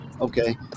okay